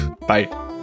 Bye